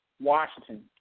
Washington